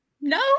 No